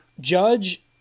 Judge